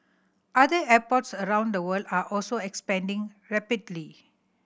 other airports around the world are also expanding rapidly